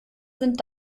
sind